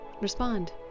respond